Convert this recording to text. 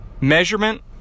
measurement